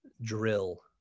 drill